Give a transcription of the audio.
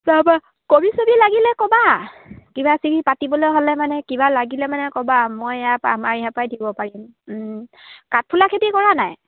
তাৰপৰা কবি চবি লাগিলে ক'বা কিবা কিবি পাতিবলৈ হ'লে মানে কিবা লাগিলে মানে ক'বা মই ইয়াৰ পৰা আমাৰ ইয়াৰ পৰাই দিব পাৰিম কাঠফুলা খেতি কৰা নাই